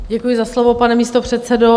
Děkuji za slovo, pane místopředsedo.